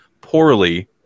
poorly